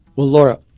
well, laura,